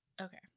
okay